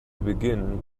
begin